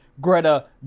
Greta